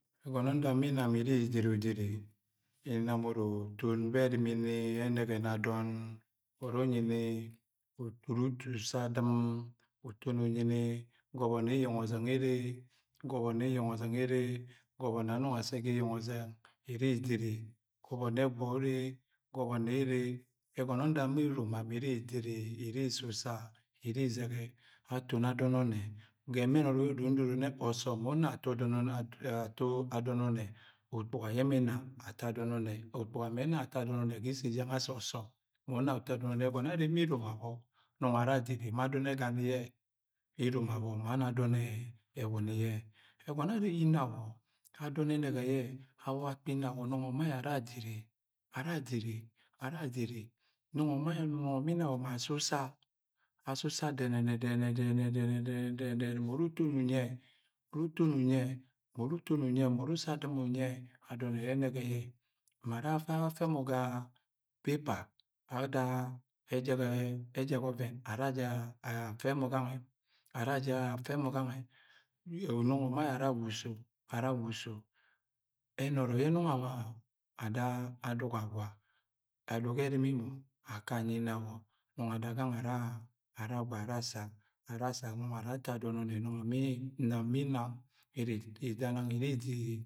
Ẹgọnọ nda ma inam iri idiri udiri inam uru uton be̱ erimini ẹnẹsẹ ni adọn uru unyi ni uru uda usa adim unyi ni. Gọbọ ne̱ anonna assẹ ga eqeng ozẹng. Iri idiri. Gọbọ nẹ gwọ une, gọbọ nẹ ẹre Egọn nfẹ nda ma eromam iri idiri. Iri isusa, iri izẹgẹ. Atoni adọn o̱nne gu emẹn ọrọk ye odo ndoro nẹ osọm mu una ato adọn ọnnẹ. Ukpuga yẹ ẹmẹ ena ato adọn onnẹ. Ukpuga me ena yẹ ato adọn onnẹ ga ise jẹna ashi o̱so̱m mu una yẹ ato adon ọnne̱. Egọnọ yẹ arre ma erom anọ nọngọ ma ara adiri, ma adọn e̱gani ye, emo abọ ma ana adọn ẹwuni yẹ. Egọnọ yẹ ere ma inawọ, adọn ẹnẹgẹ yẹ, awa akpi inawo. Nọ ma ayẹ ara adiri ara adiri, ara afiri. Nọ ma inawo, ma asusa, asusa dẹnẹnẹ dẹnẹnẹ dẹnẹnẹ, dẹnẹnẹ, dẹnẹnẹ, dẹnẹnẹ mu uru uton uhyi ye, mu uru uton yẹ, mu uru uton unyi yẹ. Mu uru usa adɨm unyi ye, adọn ẹrẹ ẽnẹgẹ yẹ. Ma ara afa afẹ mọ a paper ada ẹgẹ ọvẹn, aja, a, afẹ mọ ganga ara aja afọ mọ gange. Nọngọ. ma ara awa uso, ara awa uso. Enọrọ yẹ nọngo awa ada aduk agwa. Aduk yẹ ẹrimi mọbaka. anyi inawọ, nọngọb ada gangẹ eng ara agwa ana asaa, ana assa nọngọ ara ato adọn ọnnẹ. Namnma inam iri ida nang iri idiri.